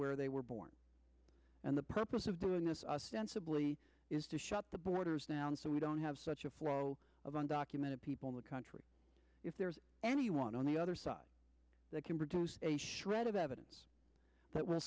where they were born and the purpose of doing this us dance ability is to shut the borders down so we don't have such a flow of undocumented people in the country if there's anyone on the other side that can produce a shred of evidence that will